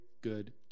good